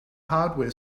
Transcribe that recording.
hardware